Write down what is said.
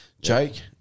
Jake